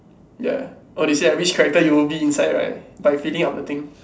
ya orh they say right which character you will be inside right by filling up the thing